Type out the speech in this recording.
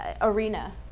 arena